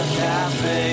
cafe